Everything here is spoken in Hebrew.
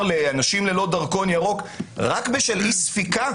לאנשים ללא דרכון ירוק רק בשל אי ספיקה?